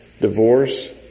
divorce